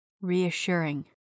Reassuring